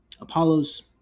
Apollo's